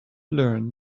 learn